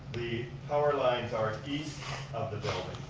the power lines are east of the building